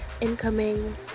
Incoming